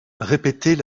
répétait